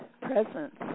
presence